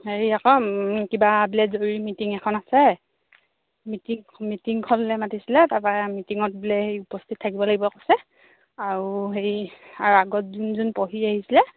হেৰি আকৌ কিবা বোলে জৰুৰী মিটিং এখন আছে মিটিং মিটিংখনলৈ মাতিছিলে তাৰপৰা মিটিঙত বোলে হেৰি উপস্থিত থাকিব লাগিব কৈছে আৰু হেৰি আৰু আৰু আগত যোন যোন পঢ়ি আহিছিলে